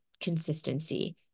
consistency